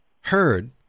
heard